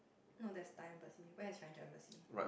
no there's Thai embassy where is French embassy